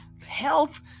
health